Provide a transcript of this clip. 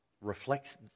reflects